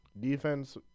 defense